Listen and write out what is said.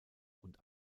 und